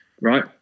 right